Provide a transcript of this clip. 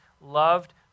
loved